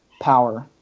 power